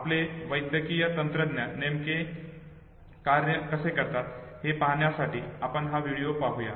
आपले वैद्यकीय तंत्रज्ञ नेमके कसे कार्य करतात हे पाहण्यासाठी आपण हा व्हिडिओ पाहूया